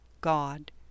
God